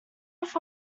off